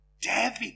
David